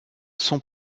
son